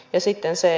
ja sitten se